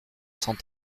cent